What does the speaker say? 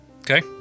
Okay